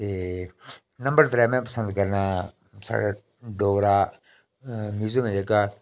ते नंबर त्रै में पसंद करना आं साढ़ा डोगरा म्यूजियम ऐ जेह्का